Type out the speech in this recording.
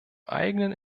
eigenen